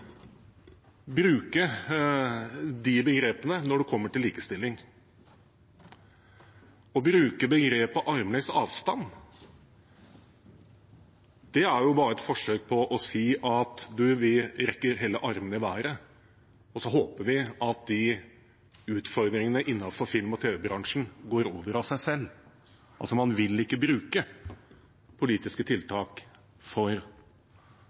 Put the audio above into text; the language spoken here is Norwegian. bruke det begrepet når det kommer til likestilling. Å bruke begrepet «armlengdes avstand» er jo bare et forsøk på å si: «Du, vi rekker heller armene i været, og så håper vi at de utfordringene innenfor film- og tv-bransjen går over av seg selv.» Man vil altså ikke bruke politiske tiltak for